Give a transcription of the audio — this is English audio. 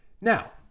Now